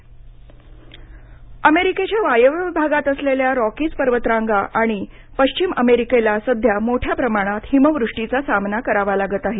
America वादळ अमेरिकेतल्या वायव्य भागात असलेल्या रॉकीज पर्वतरांगा आणि पश्चिम अमेरिकेला सध्या मोठ्या प्रमाणात हिमवृष्टीचा सामना करावा लागत आहे